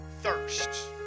thirsts